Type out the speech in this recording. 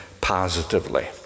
positively